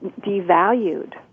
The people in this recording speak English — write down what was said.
devalued